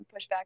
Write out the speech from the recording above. pushback